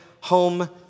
home